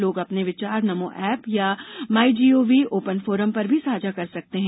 लोग अपने विचार नमो एप या माइजीओवी ओपन फोरम पर भी साझा कर सकते हैं